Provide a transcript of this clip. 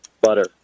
Butter